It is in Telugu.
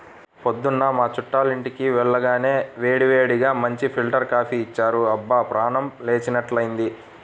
పొద్దున్న మా చుట్టాలింటికి వెళ్లగానే వేడివేడిగా మంచి ఫిల్టర్ కాపీ ఇచ్చారు, అబ్బా ప్రాణం లేచినట్లైంది